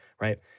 right